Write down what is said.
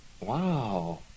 Wow